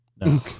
no